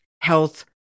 health